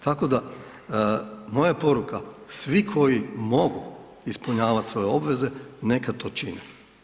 Tako da moja poruka, svi koji mogu ispunjavat svoje obveze neka to čine.